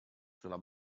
sulla